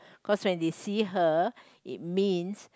cause when they see her it means